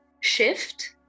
shift